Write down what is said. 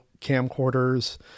camcorders